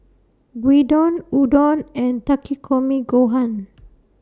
Gyudon Udon and Takikomi Gohan